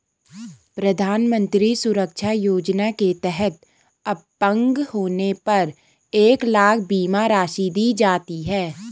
प्रधानमंत्री सुरक्षा योजना के तहत अपंग होने पर एक लाख बीमा राशि दी जाती है